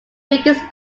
biggest